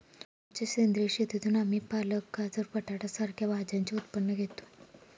आमच्या सेंद्रिय शेतीतून आम्ही पालक, गाजर, बटाटा सारख्या भाज्यांचे उत्पन्न घेतो